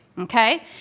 Okay